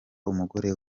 umugore